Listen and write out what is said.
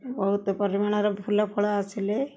ବହୁତ ପରିମାଣର ଫୁଲ ଫଳ ଆସିଲେ